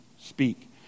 speak